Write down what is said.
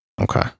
Okay